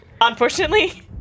unfortunately